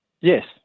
Yes